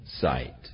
sight